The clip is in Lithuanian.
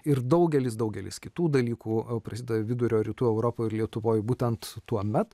ir daugelis daugelis kitų dalykų prasideda vidurio rytų europoje ir lietuvoje būtent tuomet